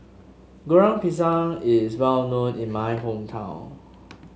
Goreng Pisang is well known in my hometown